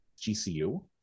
GCU